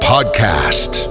podcast